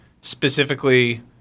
specifically